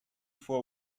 for